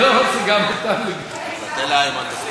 תן לאיימן, תפגין חסד.